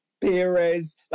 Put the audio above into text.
Perez